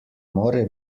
more